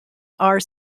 are